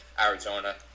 Arizona